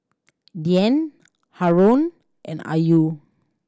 Dian Haron and Ayu